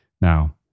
Now